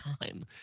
time